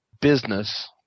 business